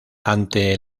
ante